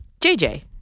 JJ